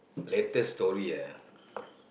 latest story ah